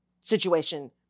situation